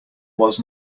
was